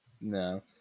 No